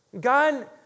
God